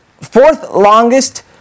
fourth-longest